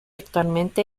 actualmente